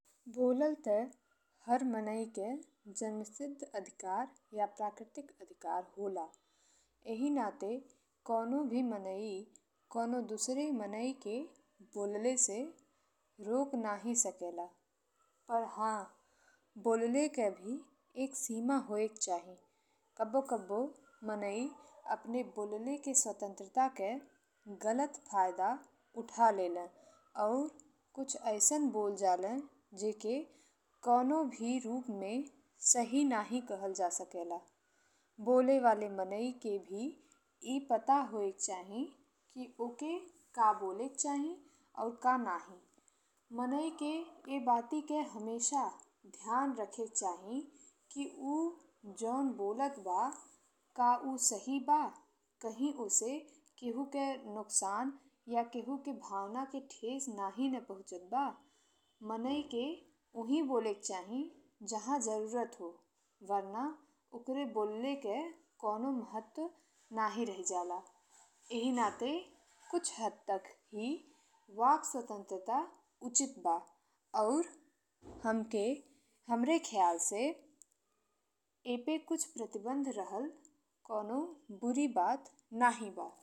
बोला ला ते हर मनई के जन्मसिद्ध अधिकतर या प्राकृतिक अधिकतर होला। एही नाते कोणो भी माने कोणो दुसरे माने के बोलाले से रोक नाही सकेला पर हाँ बोलाले के भी एक सीम होएक चाही। कब्बो कब्बो माने अपने बोलाले के स्वतंत्रता के गलत फायदा उठा लेले और कुछ अइसन बोल जाले जेके कोनो भी रूप में सही नइ कहा जा सकेला। बोले वाले मनई के भी ए पता होएक चाही कि ओके का बोले चाही का नइ। मनई के एह बाती के हमेशा ध्यान रख एक चाही कि ऊ जों बोलत बा का ऊ सही बा। कही ओसे कहुके नुकसान या कहुके भावना के ठेस नइ ने पाहुचत बा। मनई के ओही बोलेक चाही जहा जरुरत हो वरना ओकर लेके कोणो महत्व नइ रही जाला। एही नाते कुछ हद तक ही वाक स्वतंत्रता उचित बा और हमके हमरा ख्याल से एके कुछ प्रतिबंध रहल कोनो बुरी बात नइ बा।